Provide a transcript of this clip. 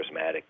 charismatic